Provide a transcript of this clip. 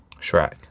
Shrek